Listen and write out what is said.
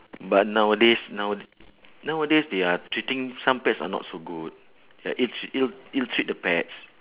but nowadays now nowadays they are treating some pets are not so good ya it tr~ it it treat the pets